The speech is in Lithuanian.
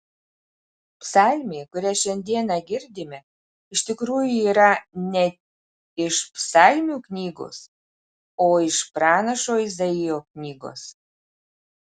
psalmė kurią šiandieną girdime iš tikrųjų yra ne iš psalmių knygos o iš pranašo izaijo knygos